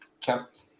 kept